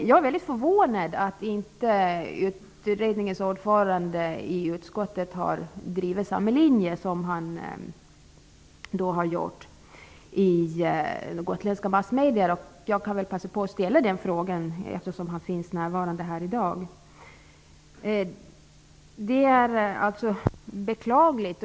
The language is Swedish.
Jag är väldigt förvånad över att utredningens ordförande inte i utskottet har drivit samma linje som i gotländska massmedier. Jag vill därför passa på och ställa den frågan, eftersom han är närvarande här i dag. Det är beklagligt.